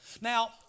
Now